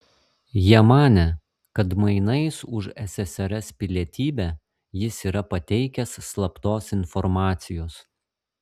jie manė kad mainais už ssrs pilietybę jis yra pateikęs slaptos informacijos